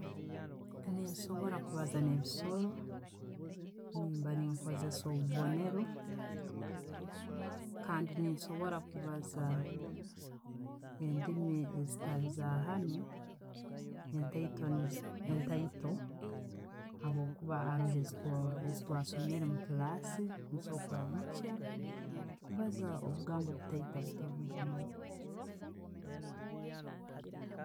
Nensobora kubaaza ne'bisooro, nemba nenkozessa obuboneero kandi nensobora kubaaza endiimi ezitali zaahanu entaito habwokuba haroho zetwasomere omu class, nkusobora kuramukya, nkusobora kugamba obugambo butaito.